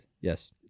Yes